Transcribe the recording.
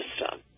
system